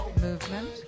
movement